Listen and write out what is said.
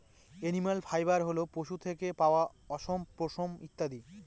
animal fibre হল পশু থেকে পাওয়া অশম, পশম ইত্যাদি